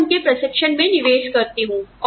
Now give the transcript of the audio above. मैं उनके प्रशिक्षण में निवेश करती हूं